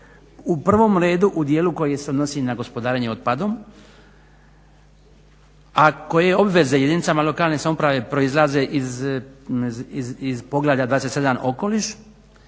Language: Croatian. u prvom redu u dijelu koji se odnosi na gospodarenje otpadom, a koje obveze jedinicama lokalne samouprave proizlaze iz poglavlja 27. okoliš